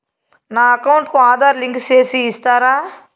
నా అకౌంట్ కు ఆధార్ లింకు సేసి ఇస్తారా?